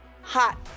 hot